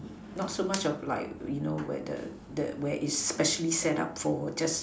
not so much of like you know where the the where is specially set up for just